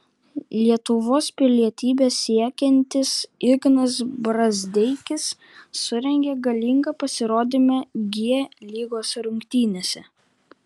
lietuvos pilietybės siekiantis ignas brazdeikis surengė galingą pasirodymą g lygos rungtynėse